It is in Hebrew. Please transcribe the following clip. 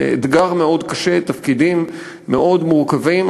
זה אתגר מאוד קשה, תפקידים מאוד מורכבים.